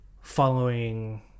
following